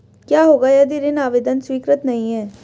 क्या होगा यदि ऋण आवेदन स्वीकृत नहीं है?